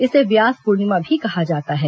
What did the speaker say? इसे व्यास पूर्णिमा भी कहा जाता है